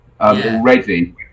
already